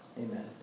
amen